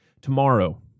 Tomorrow